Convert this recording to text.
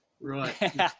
Right